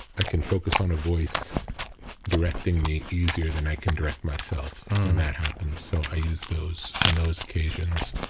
i can focus on a voice directing me easier than i can direct myself when that happens. so, i use those in those occasions.